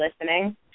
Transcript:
listening